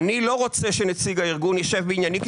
אני לא רוצה שנציג הארגון ישב בענייני כי